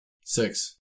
Six